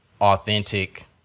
authentic